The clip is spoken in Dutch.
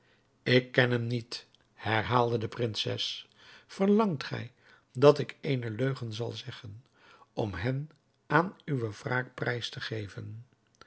ik ken hem niet herhaalde de prinses verlangt gij dat ik eene leugen zal zeggen om hem aan uwe wraak prijs te geven